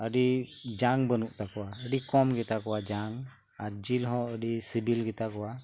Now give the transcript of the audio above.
ᱟᱹᱰᱤ ᱡᱟᱝ ᱵᱟᱹᱱᱩᱜ ᱛᱟᱠᱚᱭᱟ ᱟᱹᱰᱤ ᱠᱚᱢ ᱜᱮᱛᱟ ᱠᱚᱭᱟ ᱡᱟᱝ ᱟᱨ ᱡᱤᱞ ᱦᱚᱸ ᱟᱹᱰᱤ ᱥᱤᱵᱤᱞ ᱜᱮᱛᱟ ᱠᱚᱣᱟ